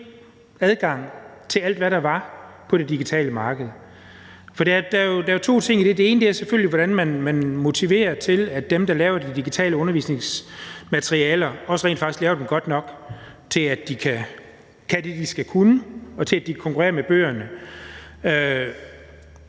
at give fri adgang til alt, hvad der var på det digitale marked. For der er jo to ting i det. Det ene er selvfølgelig, hvordan man motiverer til, at dem, der laver de digitale undervisningsmaterialer, også rent faktisk laver dem godt nok til, at de kan det, de skal kunne, og til, at de kan konkurrere med bøgerne.